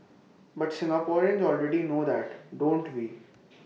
but Singaporeans already know that don't we